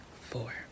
four